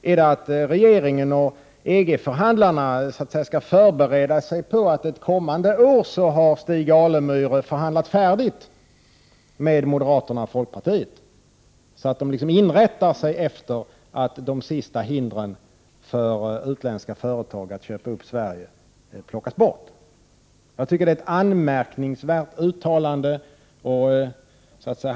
Är det för att regeringen och EG-förhandlarna skall förbereda sig på att Stig Alemyr ett kommande år har förhandlat färdigt med moderaterna och folkpartiet — dvs. att man inrättar sig efter att de sista hindren för utländska företags uppköp av Sverige plockas bort? Jag tycker att det gjorda uttalandet är anmärkningsvärt.